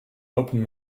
open